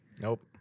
Nope